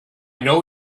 know